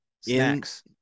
Snacks